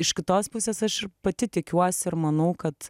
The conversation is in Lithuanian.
iš kitos pusės aš pati tikiuosi ir manau kad